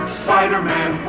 spider-man